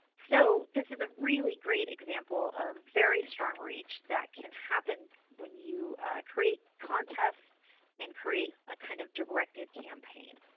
so this is a really great example of very strong reach that can happen when you create contests and create a kind of directed campaign.